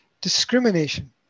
Discrimination